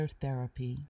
therapy